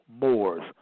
Moors